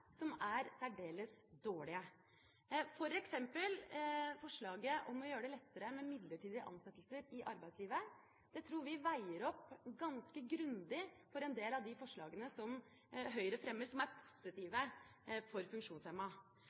som er særdeles dårlige, f.eks. forslaget om å gjøre det lettere med midlertidige ansettelser i arbeidslivet. Det tror vi veier opp ganske grundig for en del av de forslagene som Høyre fremmer som er positive for